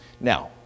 Now